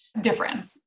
difference